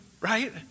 Right